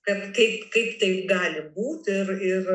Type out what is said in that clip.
kad kai kaip tai gali būti ir